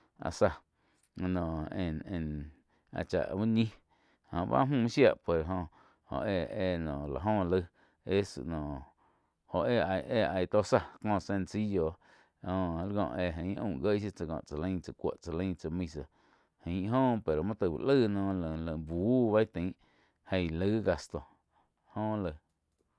Áh záh noh en-en áh chá úh ñih joh báh mü shia pues jo eh-eh la go laig es noh joh éh ai-ai tó záh ko sencillo jho ain kó aum jie shiu tsá, tsá lain cha cúo tsá lain tsa misa ain óh pero muo taig úh laig noh láh-láh buh bei tain gei laig gasto joh laig.